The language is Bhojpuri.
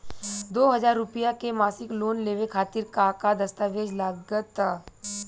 दो हज़ार रुपया के मासिक लोन लेवे खातिर का का दस्तावेजऽ लग त?